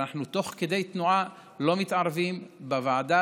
תוך כדי תנועה אנחנו לא מתערבים בוועדה.